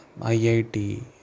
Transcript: IIT